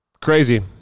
Crazy